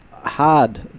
hard